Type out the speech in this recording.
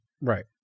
right